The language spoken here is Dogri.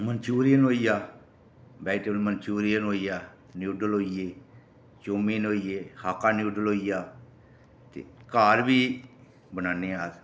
मंचुरियन होई गेआ वैज मंचुरियन होई गेआ नूड्ल होई गेआ चाऊमिन होई गे खाका नूडल होई गे ते घर बी बनान्ने आं अस